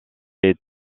est